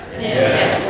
Yes